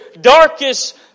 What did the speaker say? darkest